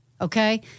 Okay